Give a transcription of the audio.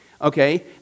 okay